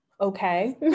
okay